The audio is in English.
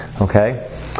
Okay